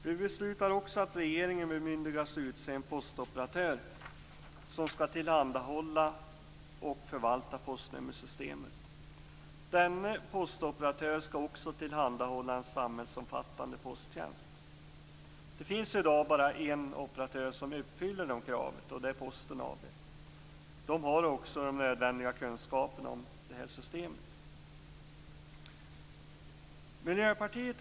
Vi beslutar också att regeringen bemyndigas utse en postoperatör som skall tillhandahålla och förvalta postnummersystemet. Denne postoperatör skall också tillhandahålla en samhällsomfattande posttjänst. Det finns i dag bara en operatör som uppfyller det kravet, och det är Posten AB. De har också den nödvändiga kunskapen om det här systemet.